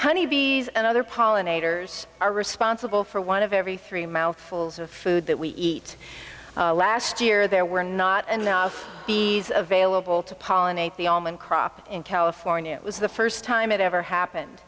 honeybees and other pollinators are responsible for one of every three mouthfuls of food that we eat last year there were not enough be available to pollinate the allman crop in california it was the first time it ever happened